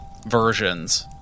Versions